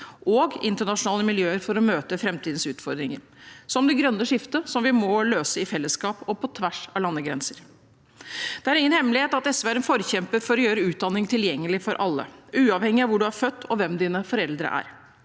og internasjonale miljøer for å møte framtidens utfordringer, som det grønne skiftet, som vi må løse i fellesskap og på tvers av landegrenser. Det er ingen hemmelighet at SV er en forkjemper for å gjøre utdanning tilgjengelig for alle, uavhengig av hvor man er født, og hvem foreldrene